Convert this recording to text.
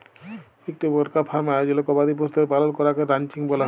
ইকটা বড়কা ফার্ম আয়জলে গবাদি পশুদের পালল ক্যরাকে রানচিং ব্যলে